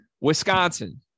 Wisconsin